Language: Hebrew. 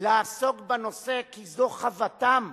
לעסוק בנושא, כי זו חובתם